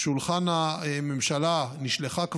שולחן הממשלה כבר נשלחה,